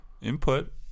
input